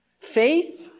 faith